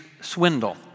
swindle